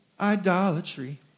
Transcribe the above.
idolatry